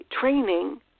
training